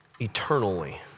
eternally